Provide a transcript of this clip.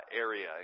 area